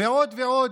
ועוד ועוד,